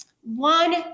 One